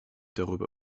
darüber